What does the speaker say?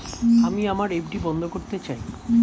আমি আমার এফ.ডি বন্ধ করতে চাই